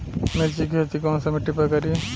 मिर्ची के खेती कौन सा मिट्टी पर करी?